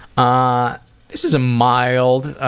ah this is a mild